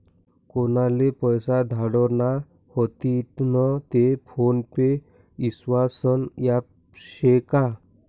कोनले पैसा धाडना व्हतीन ते फोन पे ईस्वासनं ॲप शे का?